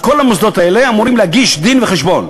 אז כל המוסדות האלה אמורים להגיש דין-וחשבון